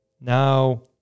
Now